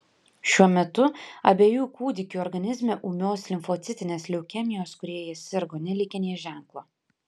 šiuo metu abiejų kūdikių organizme ūmios limfocitinės leukemijos kuria jie sirgo nelikę nė ženklo